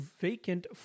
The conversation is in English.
vacant